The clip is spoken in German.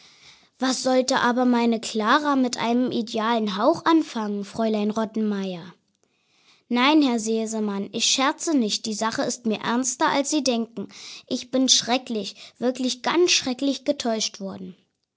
was sollte aber meine klara mit einem idealen hauch anfangen fräulein rottenmeier nein herr sesemann ich scherze nicht die sache ist mir ernster als sie denken ich bin schrecklich wirklich ganz schrecklich getäuscht worden